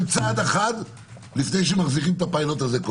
צעד אחד לפני שמחזירים את הפילוט הזה,